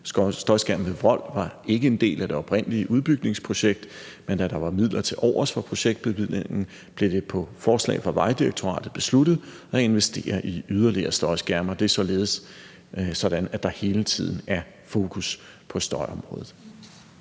Støjskærmene ved Vrold var ikke en del af det oprindelige udbygningsprojekt, men da der var midler tilovers fra projektbevillingen, blev det på forslag fra Vejdirektoratet besluttet at investere i yderligere støjskærme, og det er således sådan, at der hele tiden er fokus på støjområdet.